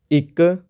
ਇੱਕ